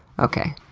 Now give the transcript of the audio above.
okay.